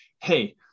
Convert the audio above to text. Hey